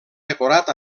decorat